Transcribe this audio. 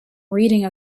reading